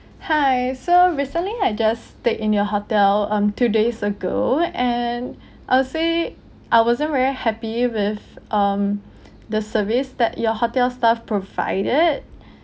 hi so recently I just stayed in your hotel um two days ago and I'll say I wasn't very happy with um the service that your hotel staff provided